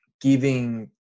giving